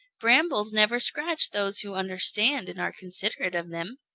brambles never scratch those who understand and are considerate of them.